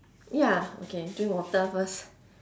ya okay drink water first